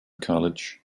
college